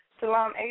Salam